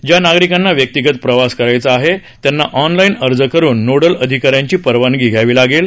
ज्या नागरिकांना व्यक्तिगत प्रवास करायचा आहे त्यांना ऑनलाईन अर्ज करून नोडल अधिकाऱ्यांची परवानगी घ्यावी लागेल